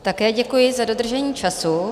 Také děkuji za dodržení času.